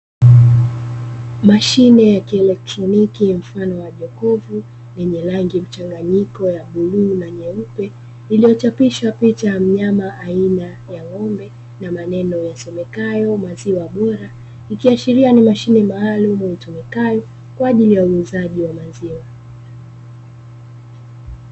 Mashine ya kieletroniki mfano wa jokofu lenye rangi mchanganyiko wa bluu na nyeupe lililochapishwa picha ya mnyama aina ya ngómbe na maneno yasomekayo maziwa bora ikiashiria ni mashine maalumu itumikayo kwaajili ya uuzaji wa maziwa.